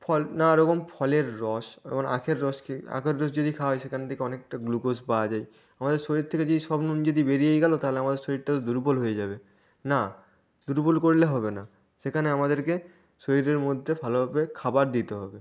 ফল নানারকম ফলের রস যেমন আখের রস খেয়ে আখের রস যদি খাওয়া হয় সেখান দিয়ে অনেকটা গ্লুকোজ পাওয়া যায় আমাদের শরীর থেকে যদি সব নুন যদি বেরিয়েই গেল তাহলে আমাদের শরীরটা তো দুর্বল হয়ে যাবে না দুর্বল করলে হবে না সেখানে আমাদেরকে শরীরের মধ্যে ভালোভাবে খাবার দিতে হবে